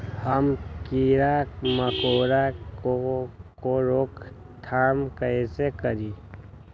हम किरा मकोरा के रोक थाम कईसे करी?